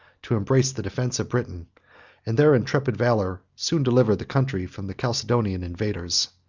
to embrace the defence of britain and their intrepid valor soon delivered the country from the caledonian invaders.